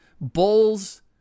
Bulls